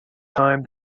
time